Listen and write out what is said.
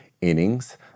innings